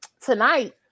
Tonight